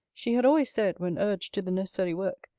she had always said, when urged to the necessary work,